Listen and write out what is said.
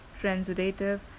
transudative